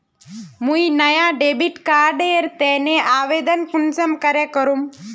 मुई नया debit card एर तने आवेदन कुंसम करे करूम?